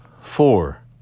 four